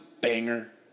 banger